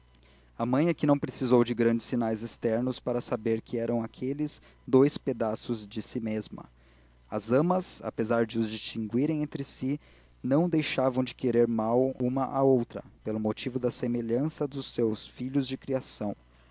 a mãe é que não precisou de grandes sinais externos para saber quem eram aqueles dous pedaços de si mesma as amas apesar de os distinguirem entre si não deixavam de querer mal uma à outra pelo motivo da semelhança dos seus filhos de criação